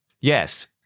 Yes